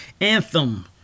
anthem